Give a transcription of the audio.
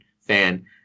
fan